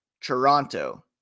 Toronto